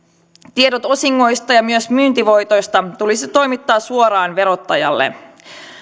tiedot osingoista ja myös myyntivoitoista tulisi toimittaa suoraan verottajalle